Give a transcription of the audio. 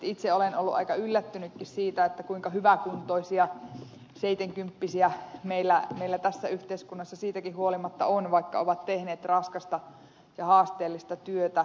itse olen ollut aika yllättynytkin siitä kuinka hyväkuntoisia seitenkymppisiä meillä tässä yhteiskunnassa siitäkin huolimatta on vaikka ovat tehneet raskasta ja haasteellista työtä